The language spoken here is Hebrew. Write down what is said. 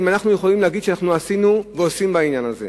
האם אנחנו יכולים להגיד שאנחנו עשינו ואנחנו עושים בעניין הזה?